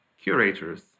curators